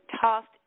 tossed